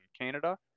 Canada